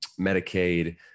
Medicaid